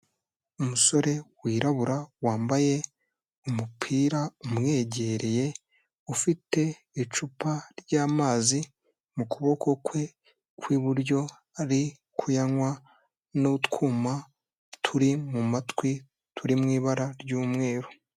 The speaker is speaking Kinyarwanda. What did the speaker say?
Umusore wirabura wambaye umupira umwegereye, ufite icupa ry'amazi mu kuboko kwe kw'iburyo, ari kuyanywa n'utwuma turi mu matwi turi mu ibara ry'umweru.